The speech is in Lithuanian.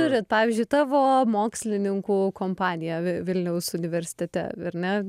turit pavyzdžiui tavo mokslininkų kompanija vi vilniaus universitete ar ne